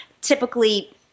typically –